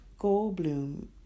Goldblum